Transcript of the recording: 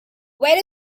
where